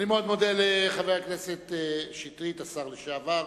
אני מאוד מודה לחבר הכנסת שטרית, השר לשעבר.